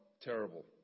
terrible